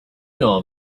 know